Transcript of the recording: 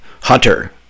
hunter